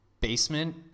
basement